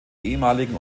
ehemaligen